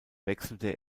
wechselte